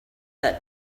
that